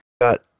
Got